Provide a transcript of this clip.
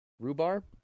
rhubarb